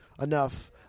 enough